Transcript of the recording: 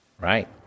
right